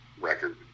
record